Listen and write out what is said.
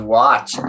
watch